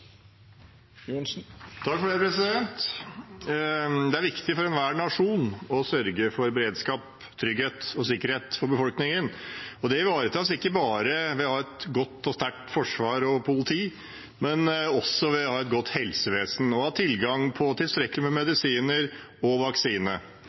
Det er viktig for enhver nasjon å sørge for beredskap, trygghet og sikkerhet for befolkningen. Det ivaretas ikke bare ved å ha et godt og sterkt forsvar og politi, men også ved å ha et godt helsevesen og tilgang på tilstrekkelig med